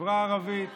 מהחברה הערבית.